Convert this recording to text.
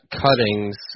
cuttings